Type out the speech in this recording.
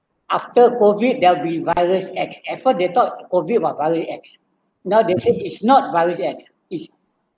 after COVID there will be virus X before they thought COVID was virus X now they said it's not virus X it's